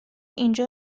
اینجا